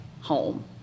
home